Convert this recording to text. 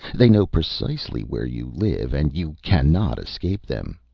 they know precisely where you live, and you cannot escape them.